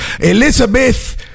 Elizabeth